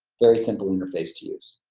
very simple interface to use!